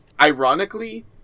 ironically